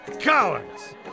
Cowards